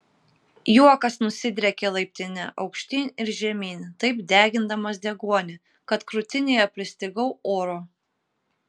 juokas nusidriekė laiptine aukštyn ir žemyn taip degindamas deguonį kad krūtinėje pristigau oro